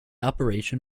operation